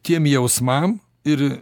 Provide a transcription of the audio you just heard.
tiem jausmam ir